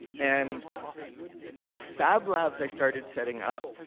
and the fab labs i started setting up,